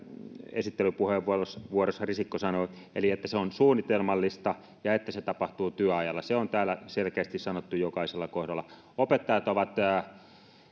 esittelypuheenvuorossa risikko sanoi eli että se on suunnitelmallista ja että se tapahtuu työajalla se on täällä selkeästi sanottu jokaisessa kohdassa opettajat ovat